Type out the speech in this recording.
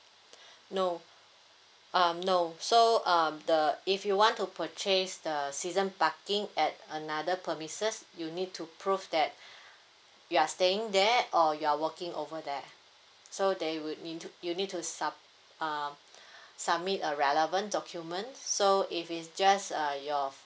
nope um no so um the if you want to purchase the season parking at another premises you need to prove that you are staying there or you're working over there so they would you need to you need to sub~ uh submit a relevant document so if it's just uh your